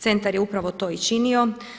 Centar je upravo to i činio.